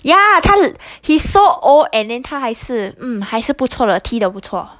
ya 他 he so old and then 他还是 mm 还是不错了踢得不错